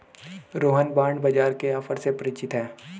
Rohan bond बाजार के offer से परिचित है